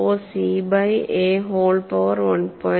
464 C by A whole power 1